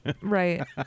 right